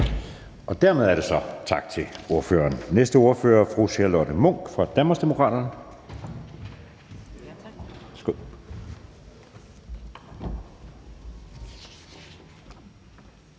Dermed tak til ordføreren. Næste ordfører er fru Charlotte Munch fra Danmarksdemokraterne.